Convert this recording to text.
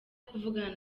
kuvugana